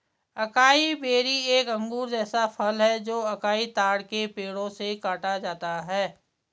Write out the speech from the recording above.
acai berry एक अंगूर जैसा फल है जो अकाई ताड़ के पेड़ों से काटा जाता है